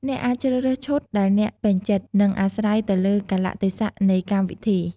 អ្នកអាចជ្រើសពាក់ឈុតដែលអ្នកពេញចិត្ត និងអាស្រ័យទៅលើកាលៈទេសៈនៃកម្មវិធី។